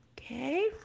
Okay